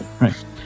right